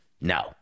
No